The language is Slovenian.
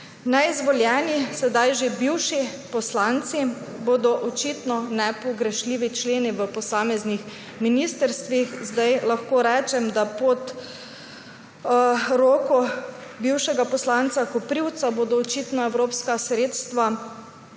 Neizvoljeni, sedaj že bivši poslanci bodo očitno nepogrešljivi členi v posameznih ministrstvih. Lahko rečem, da bodo pod roko bivšega poslanca Koprivca očitno evropska sredstva